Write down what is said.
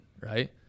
right